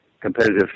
competitive